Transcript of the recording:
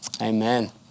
Amen